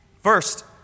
First